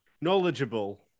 Knowledgeable